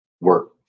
work